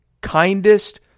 kindest